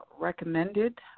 recommended